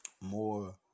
More